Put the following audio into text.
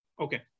Okay